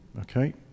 okay